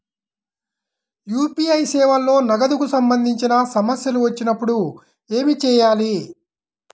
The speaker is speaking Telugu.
యూ.పీ.ఐ సేవలలో నగదుకు సంబంధించిన సమస్యలు వచ్చినప్పుడు ఏమి చేయాలి?